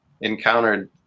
encountered